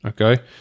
okay